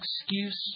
excuse